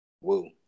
Woo